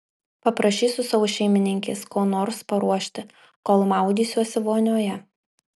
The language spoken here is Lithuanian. paprašysiu savo šeimininkės ko nors paruošti kol maudysiuosi vonioje